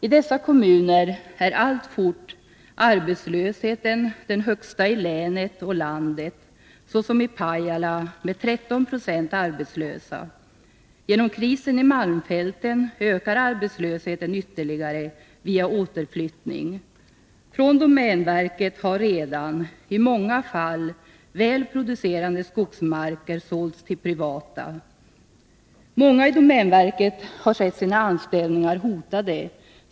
I dessa kommuner är alltfort arbetslösheten den högsta i länet och landet. I t.ex. Pajala kommun är 13 20 arbetslösa. Genom krisen i Malmfälten ökar arbetslösheten ytterligare via återflyttning. Domänverket har redan i många fall sålt väl producerande skogsmarker till privata intressen. Många i domänverket har sett sina anställningar hotade.